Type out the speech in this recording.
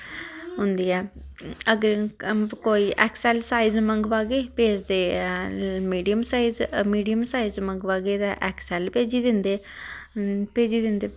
होंदी ऐ अगर कोई एक्स एल साइज मंगवागे भेजदे मीडियम साइज मीडियम साइज मंगवागे ते एक्स एल भेजी दिंदे भेजी दिंदे